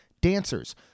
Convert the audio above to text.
dancers